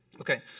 Okay